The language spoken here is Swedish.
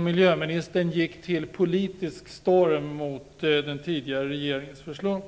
miljöministern gick till politisk storm mot den tidigare regeringens förslag.